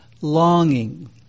longing